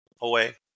away